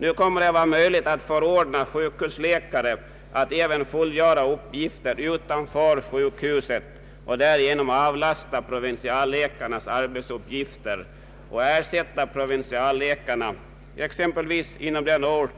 Nu kommer det att bli möjligt att förordna sjukhusläkare att även fullgöra uppgifter utanför sjukhuset och därigenom avlasta provinsialläkarna och också ersätta dem exempelvis inom den ort